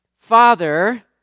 father